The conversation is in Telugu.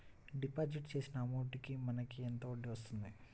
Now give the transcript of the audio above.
డిపాజిట్ చేసిన అమౌంట్ కి మనకి ఎంత వడ్డీ వస్తుంది?